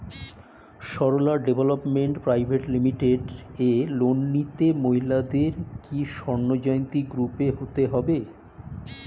Sarala development private limited loan নিতে মহিলাদের কি স্বর্ণ জয়ন্তী গ্রুপে হতে হবে?